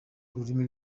ururimi